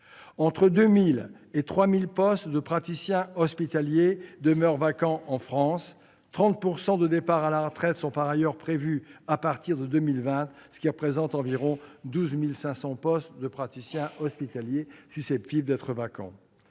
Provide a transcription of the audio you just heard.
Entre 2 000 et 3 000 postes de praticiens hospitaliers demeurent vacants en France, sachant que 30 % de départs à la retraite sont par ailleurs prévus à partir de 2020, soit environ 12 500 postes de praticiens hospitaliers susceptibles d'être vacants.